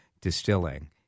Distilling